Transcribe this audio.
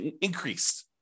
increased